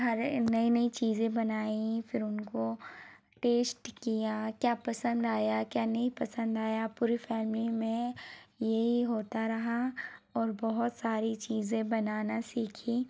हर नई नई चीज़ें बनाई फिर उनको टेस्ट किया क्या पसंद आया क्या नही पसंद आया पूरी फैमली में यही होता रहा और बहुत सारी चीज़ें बनाना सीखी